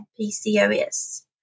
PCOS